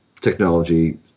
technology